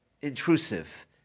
intrusive